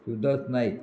Rohidas Naik